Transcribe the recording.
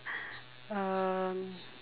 um